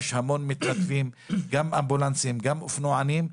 יש המון מתנדבים, גם אמבולנסים וגם אופנוענים.